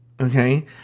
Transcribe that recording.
Okay